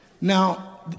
now